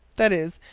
that is,